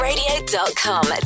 Radio.com